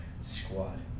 squad